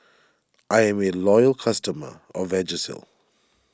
I'm a loyal customer of Vagisil